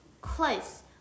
Close